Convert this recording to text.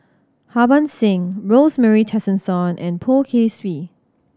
Harbans Singh Rosemary Tessensohn and Poh Kay Swee